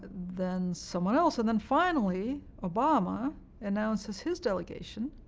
then someone else. and then finally obama announces his delegation,